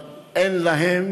אבל אין להם